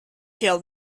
kill